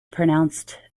pronounced